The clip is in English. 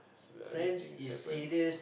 uh these things happen